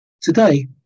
Today